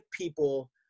people